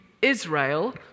Israel